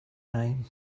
name